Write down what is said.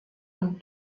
und